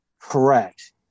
correct